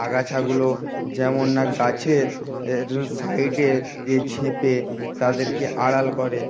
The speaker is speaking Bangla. আগাছাগুলো যেমন না গাছের সাইডে যে ঝেঁপে তাদেরকে আড়াল করে